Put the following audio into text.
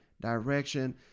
direction